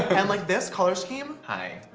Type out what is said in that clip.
and like this color scheme. hi,